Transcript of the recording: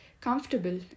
comfortable